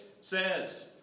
says